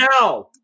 now